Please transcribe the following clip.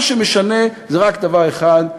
מה שמשנה זה רק דבר אחד,